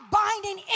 binding